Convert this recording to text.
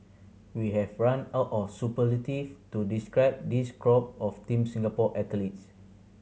we have run out of superlatives to describe this crop of Team Singapore athletes